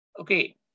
Okay